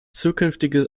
zukünftige